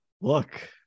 look